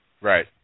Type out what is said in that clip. Right